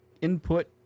input